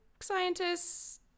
scientists